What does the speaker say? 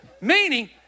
Meaning